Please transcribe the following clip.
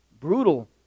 brutal